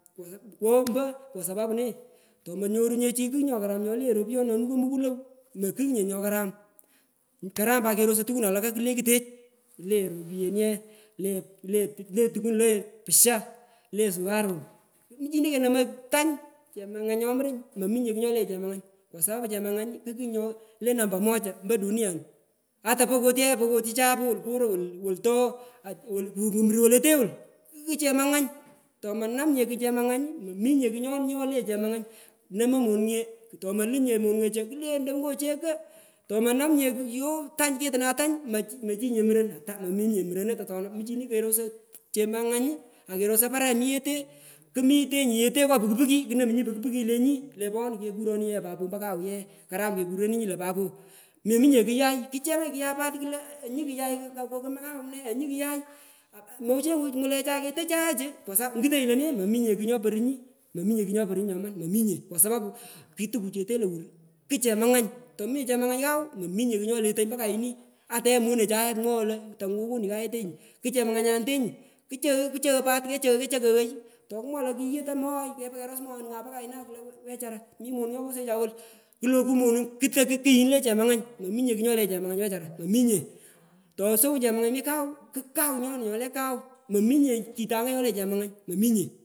Kwo sop wo ompo kwa sapapu ne tomonyorunye chi kung nyokaram nyole ropuyon nyonukoi mkuloi mokugh nye nyokaram nyole ropuyon nyonukoi mkuloi mokugh nye nyokaram, karam pat kerosoi tukun walak kulekutech chule ropuyen ye, le le tukun le pusha le sukarun muchini kenomoi tany chemangany nyo muronsi mominye kugh nyole chamangany kwa sapu chemangany kukugh nyole nampa macha mpo dunia lowur ata pokot yaah pokotichae po woluporo wolu wolto wolu kurimrim wolete wolu kuchemangany tomanam nye chi chemanguny mominye kung nyole chemangany nomoy monunge, tomolunye monunge cho kulentoi onyo cheko tomanam nye yo tany kituna tany mechinye muron mominye muro noto atona muchini korosoi chemangang akerosoi pare mi yete kumitenyi yete ngo puki puki kanomunyi puki puki le poyon kekuronunyi papo mpo kau ye. Karam kekuronunyi lo papo mominye kuyai ichenganyi kuyai pat klo onyu kuyai pat klo ompo kakumne onyu kuyai mochengu ngulechai keto chayechu kwa sapu ingutonyi lone mominye kugh nyoporunyi mominye kugh nyoporunyi nyoman mominye kwa sapapu kutukuchete lowur kuchemangany tomominye chemangany kau mominye kugh nyoletoi mpo kayoni ata ye monechai mwoghoi lo tungun kokonini kayetenyu ku chemanganyane tenyi kucho kuchoghoi pati kechoghoi tukumwa lo kiyu moghai tanyai kepa keros moghona nyapo kaina klo wechara mi monung nyokosuwecha wolu klo loku monung kite kukuyini le chamangany wechara mominye kugh nyole chemangany wechara mominye tosawunyi choma ngany mi kau ku kau nyoni nyole kau nominye kitango nyole chemangany mominye.